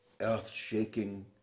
earth-shaking